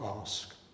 ask